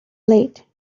late